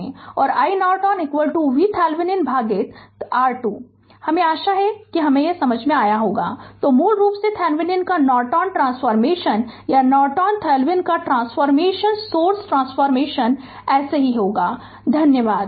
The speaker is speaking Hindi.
Glossary शब्दकोष English Word Word Meaning Current current विधुत धारा Resistance रेजिस्टेंस प्रतिरोधक Circuit सर्किट परिपथ Terminal टर्मिनल मार्ग Magnitudes मैग्निट्यूड परिमाण Dimension डायमेंशन आयाम Aggregation एग्रीगेशन एकत्रीकरण Key point की पॉइंट मुख्य बिंदु